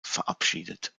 verabschiedet